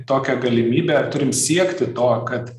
tokią galimybę turim siekti to kad